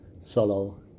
solo